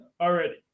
already